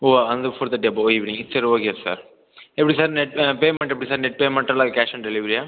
ஓ under four thirty above evening சரி okay sir எப்படி sir net payment எப்படி sir net பேமெண்ட்டா இல்லை கேஷ் ஆன் டெலிவரியா